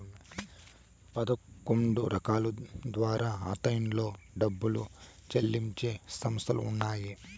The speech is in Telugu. పదకొండు రకాల ద్వారా ఆన్లైన్లో డబ్బులు చెల్లించే సంస్థలు ఉన్నాయి